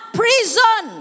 prison